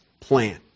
plan